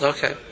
Okay